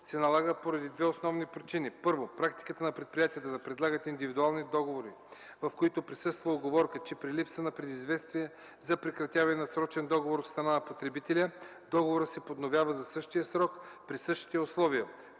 се налага поради две основни причини: Първо, практиката на предприятията да предлагат индивидуални договори, в които присъства уговорка, че при липса на предизвестие за прекратяване на срочен договор от страна на потребителя, договорът се подновява за същия срок, при същите условия.